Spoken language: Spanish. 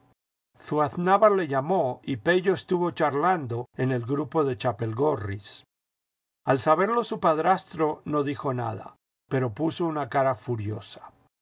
zuaznavar le llamó y pello estuvo charlando en el grupo de chapelgorris al saberlo su padrastro no dijo nada pero puso una cara furiosa